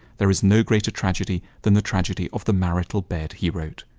there is no greater tragedy than the tragedy of the marital bed, he wrote.